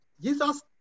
Jesus